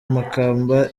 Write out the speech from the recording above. makamba